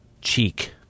cheek